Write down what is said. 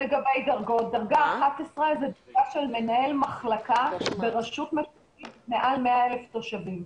דרגה 11 זאת דרגה של מנהל מחלקה ברשות מקומית מעל 100,000 תושבים,